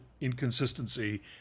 inconsistency